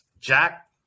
Jack